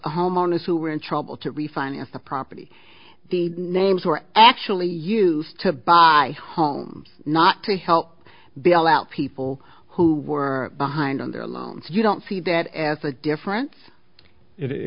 homeowners who were in trouble to refinance the property the names were actually use to buy a home not to help bail out people who were behind on their loans you don't see that as a difference it